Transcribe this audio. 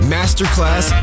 Masterclass